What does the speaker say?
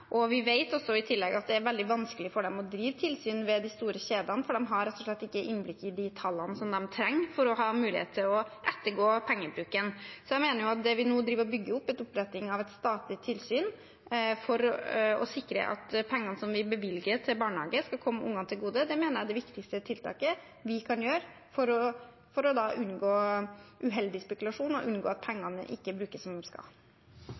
i tillegg vet vi at det er veldig vanskelig for dem å drive tilsyn med de store kjedene, for de har rett og slett ikke innblikk i de tallene de trenger for å ha mulighet til å ettergå pengebruken. Så jeg mener at det vi nå bygger opp og oppretter, et statlig tilsyn for å sikre at pengene vi bevilger til barnehage, skal komme barna til gode, er det viktigste tiltaket vi kan gjøre for å unngå uheldig spekulasjon og at pengene ikke brukes som de skal.